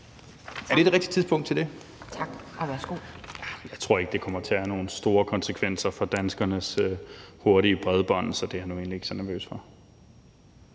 og værsgo. Kl. 12:52 Carl Valentin (SF): Jeg tror ikke, det kommer til at have nogen store konsekvenser for danskernes hurtige bredbånd, så det er jeg nu egentlig ikke så nervøs for.